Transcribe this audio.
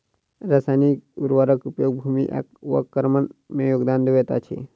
रासायनिक उर्वरक उपयोग भूमि अवक्रमण में योगदान दैत अछि